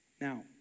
Now